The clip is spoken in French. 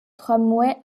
tramway